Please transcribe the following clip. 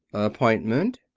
appointment?